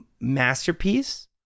Masterpiece